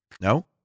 No